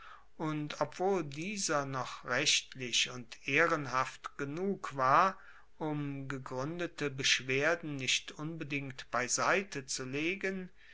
und obwohl dieser noch rechtlich und ehrenhaft genug war um gegruendete beschwerden nicht unbedingt beiseite zu legen